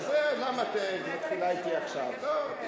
עכשיו אני